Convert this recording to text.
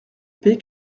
paix